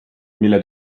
mille